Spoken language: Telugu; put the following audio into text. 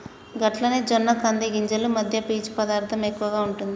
గట్లనే జొన్న కంది గింజలు మధ్య పీచు పదార్థం ఎక్కువగా ఉంటుంది